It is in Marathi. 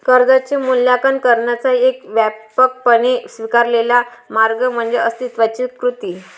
कर्जाचे मूल्यांकन करण्याचा एक व्यापकपणे स्वीकारलेला मार्ग म्हणजे अस्तित्वाची कृती